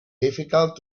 difficult